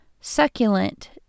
succulent